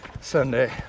Sunday